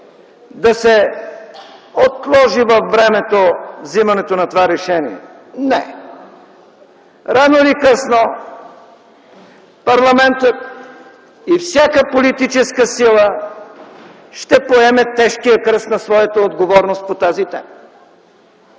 да се отложи във времето взимането на това решение. Не! Рано или късно парламентът и всяка политическа сила ще поеме тежкия кръст на своята отговорност по тази тема.